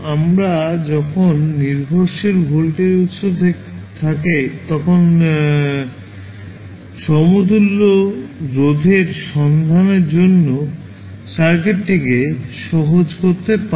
আমাদের যখন নির্ভরশীল ভোল্টেজ উৎস থাকে তখন সমতুল্য প্রতিরোধের সন্ধানের জন্য সার্কিটকে সহজতর করতে পারি